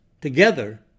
together